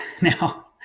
Now